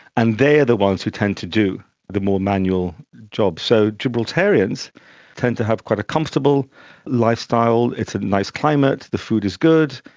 and they are the ones who tend to do the more manual jobs. so gibraltarians tend to have quite a comfortable lifestyle, it's a nice climate, the food is good,